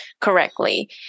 correctly